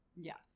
Yes